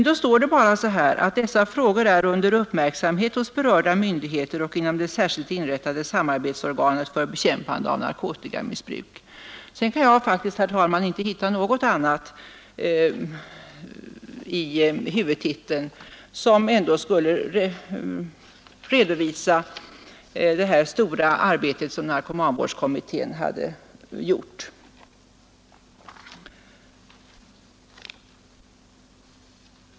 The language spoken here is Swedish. Då står det bara så här: ”Dessa frågor är under uppmärksamhet hos berörda myndigheter och inom det särskilt inrättade samarbetsorganet för bekämpande av narkotikamissbruk.” Sedan kan jag faktiskt inte hitta något annat i huvudtiteln, som ändå skulle redovisa det stora arbete som narkomanvårdskommittén har uträttat.